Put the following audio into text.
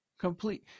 Complete